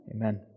Amen